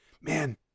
man